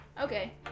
Okay